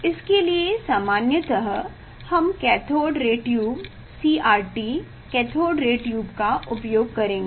इसके लिए सामान्यतः हम cathode ray tube CRT cathode किरण ट्यूब का उपयोग करेंगे